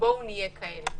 בואו נהיה כאלה.